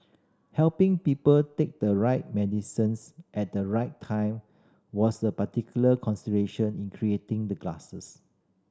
helping people take the right medicines at the right time was a particular consideration in creating the glasses